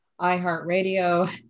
iHeartRadio